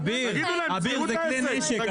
אביר, זה כלי נשק.